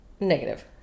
negative